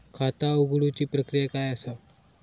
खाता उघडुची प्रक्रिया काय असा?